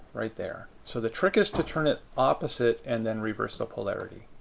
right there. so, the trick is to turn it opposite and then reverse the polarity.